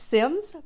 Sims